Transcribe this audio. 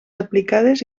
aplicades